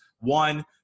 one